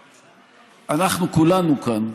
אנחנו כולנו כאן,